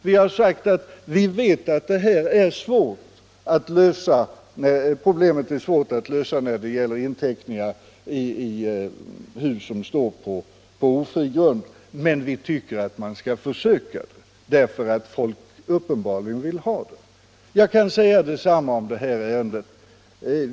Vi vet att problemet är svårt att lösa när det gäller inteckningar i hus som står på ofri grund, men vi tycker att man skall försöka göra det därför att folk uppenbarligen vill ha den möjligheten. Jag kan säga detsamma om det här ärendet.